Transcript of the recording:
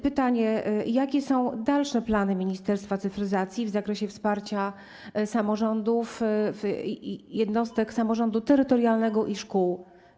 Pytanie: Jakie są dalsze plany Ministerstwa Cyfryzacji w zakresie wsparcia samorządów, jednostek samorządu terytorialnego i szkół?